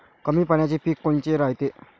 कमी पाण्याचे पीक कोनचे रायते?